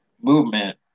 movement